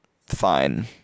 fine